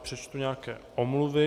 Přečtu teď nějaké omluvy.